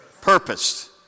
Purpose